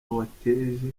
wateje